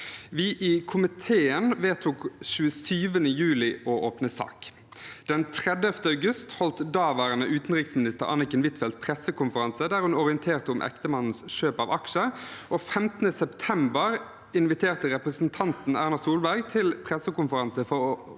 Vi i komiteen vedtok 27. juli å åpne sak. Den 30. august holdt daværende utenriksminister Anniken Huitfeldt pressekonferanse der hun orienterte om ektemannens kjøp av aksjer, og 15. september inviterte representanten Erna Solberg til pressekonferanse for å